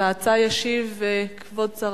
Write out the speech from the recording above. על ההצעה ישיב כבוד השר